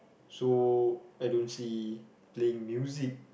so I don't see playing music